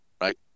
right